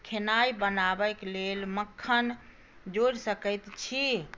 खेनाइ बनाबैक लेल मक्खन जोड़ि सकैत छी